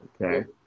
okay